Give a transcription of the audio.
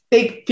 Take